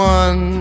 one